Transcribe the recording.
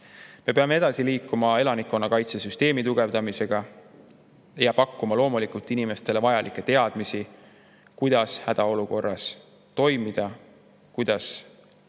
Me peame edasi liikuma elanikkonnakaitsesüsteemi tugevdamisega ja pakkuma loomulikult inimestele vajalikke teadmisi, kuidas hädaolukorras toimida, kus on